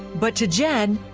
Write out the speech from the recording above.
but to jen,